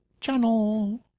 channel